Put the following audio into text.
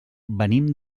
venim